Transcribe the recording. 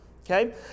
okay